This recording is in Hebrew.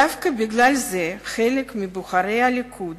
דווקא בגלל זה, חלק מבוחרי הליכוד